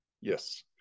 yes